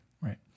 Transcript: right